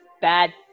Bad